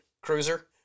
cruiser